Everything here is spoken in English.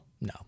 No